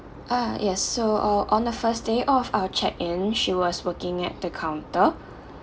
ah yes so uh on the first day of our check in she was working at the counter